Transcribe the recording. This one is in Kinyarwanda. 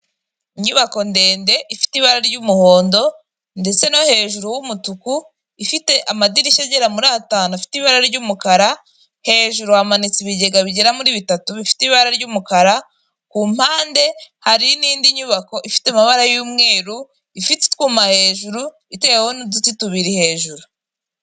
Inyubako ndende ifite ibara ry'umuhondo, ndetse no hejuru h'umutuku, ifite amadirishya agera kuri atanu afite ibara ry'umukara, hejuru hamanitse ibigega bigera muri bitatu bifite ibara ry'umukara, ku mpande hari ni indi nyubako ifite amabara y'umweru ifite utwuma hejuru iteyeho n'uduti tubiri hejuru.